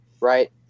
right